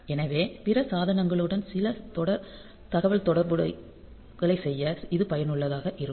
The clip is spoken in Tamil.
எனவே பிற சாதனங்களுடன் சில தொடர் தகவல்தொடர்புகளை செய்ய இது பயனுள்ளதாக இருக்கும்